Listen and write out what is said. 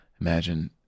Imagine